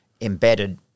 embedded